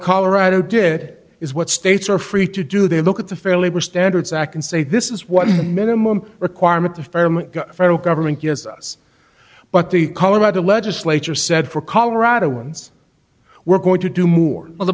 colorado did is what states are free to do they look at the fair labor standards act and say this is what minimum requirement to firm federal government gives us but the colorado legislature said for colorado ones we're going to do more but the